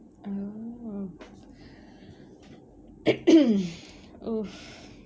oh !oof!